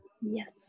yes